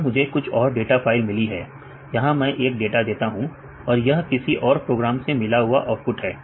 यहां मुझे कुछ और डाटा फाइल मिली है यहां मैं एक डाटा देता हूं और यह किसी और प्रोग्राम से मिला हुआ आउटपुट है